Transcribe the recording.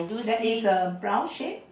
there is a brown shape